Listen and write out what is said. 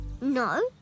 No